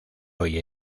hoy